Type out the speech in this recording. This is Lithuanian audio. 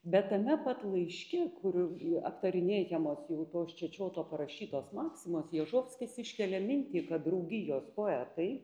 bet tame pat laiške kur aptarinėjamos jau tos čečioto parašytos maksimos ježovskis iškelia mintį kad draugijos poetai